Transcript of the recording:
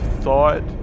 thought